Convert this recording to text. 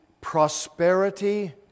prosperity